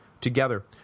Together